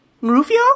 Rufio